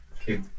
Okay